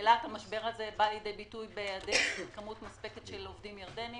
באילת המשבר הזה בא לידי ביטוי בהיעדר כמות מספקת של עובדים ירדנים